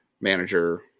manager